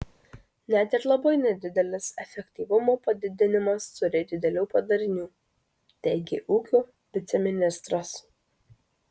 net ir labai nedidelis efektyvumo padidinimas turi didelių padarinių teigė ūkio viceministras